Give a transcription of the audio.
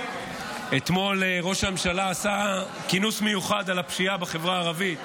אתמול ראש הממשלה עשה כינוס מיוחד על הפשיעה בחברה הערבית.